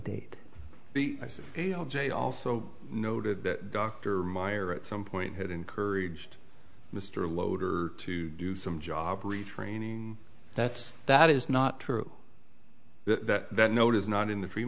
date jay also noted that dr meyer at some point had encouraged mr lowder to do some job retraining that's that is not true that note is not in the free